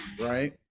right